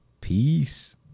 Peace